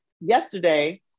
yesterday